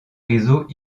réseau